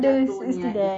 tapi tak minus